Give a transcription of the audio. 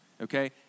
Okay